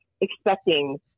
expecting –